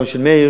גם של מאיר,